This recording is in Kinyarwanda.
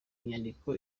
inyandiko